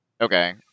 Okay